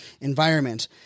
environment